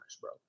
bro